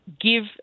give